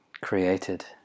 created